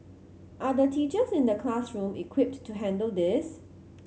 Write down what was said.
are the teachers in the classroom equipped to handle this